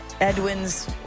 Edwin's